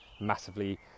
massively